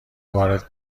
وارد